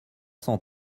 cent